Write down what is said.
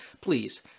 please